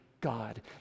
God